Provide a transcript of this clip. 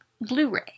Blu-ray